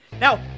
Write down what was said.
Now